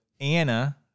Anna